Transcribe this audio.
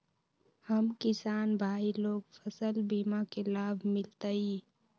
हम किसान भाई लोग फसल बीमा के लाभ मिलतई?